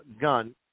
gun